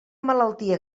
malaltia